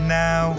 now